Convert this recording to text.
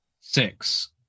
Six